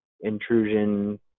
intrusion